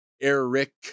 Eric